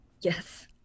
Yes